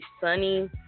sunny